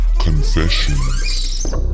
Confessions